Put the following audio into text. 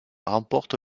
remporte